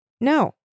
No